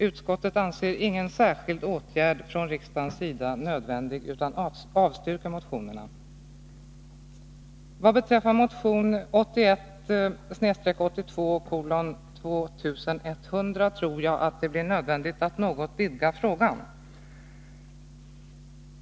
Utskottet anser därför ingen särskild åtgärd från riksdagens sida nödvändig utan avstyrker motionerna. Vad beträffar motionen 1981/82:2100 tror jag det blir nödvändigt att något vidga frågan.